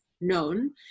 known